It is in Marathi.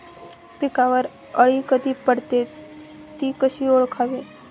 पिकावर अळी कधी पडते, ति कशी ओळखावी?